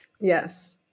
Yes